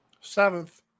Seventh